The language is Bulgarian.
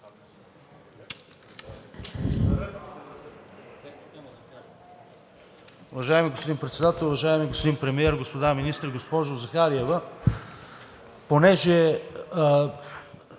Уважаеми господин Председател, уважаеми господин Премиер, господа министри! Госпожо Захариева,